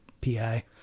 PI